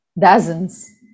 dozens